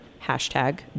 hashtag